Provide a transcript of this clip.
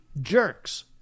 jerks